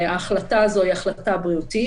ההחלטה הזו היא החלטה בריאותית.